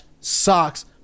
socks